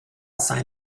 sign